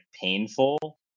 painful